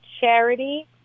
charity